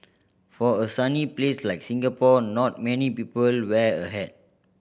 for a sunny place like Singapore not many people wear a hat